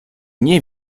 nie